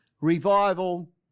Revival